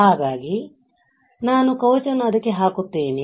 ಹಾಗಾಗಿ ನಾನು ಕವಚವನ್ನು ಅದಕ್ಕೆ ಹಾಕುತ್ತೇನೆ